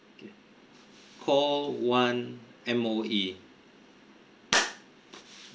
okay call one M_O_E